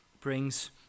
brings